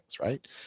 right